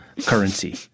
currency